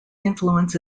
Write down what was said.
influence